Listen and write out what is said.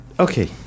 Okay